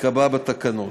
ייקבע בתקנות.